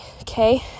okay